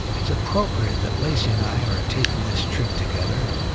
it's appropriate that lacy and i are taking this trip together.